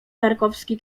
tarkowski